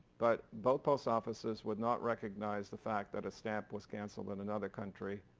but both post offices would not recognize the fact that a stamp was canceled in another country.